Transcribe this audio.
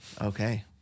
Okay